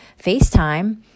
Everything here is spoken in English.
FaceTime